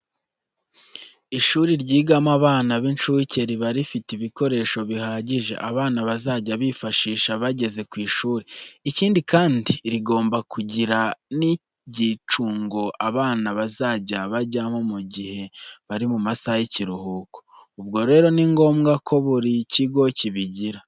Ishuri ryigamo abana b'incuke riba rifite ibikoresho bihagije abana bazajya bifashisha bageze ku ishuri. Ikindi kandi riba rigomba kugira n'ibyicungo abana bazajya bajyamo mu gihe bari mu masaha y'ikiruhuko. Ubwo rero ni ngombwa ko buri kigo kibigira.